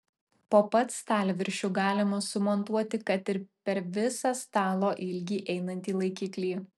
po pat stalviršiu galima sumontuoti kad ir per visą stalo ilgį einantį laikiklį